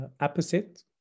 opposite